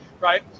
Right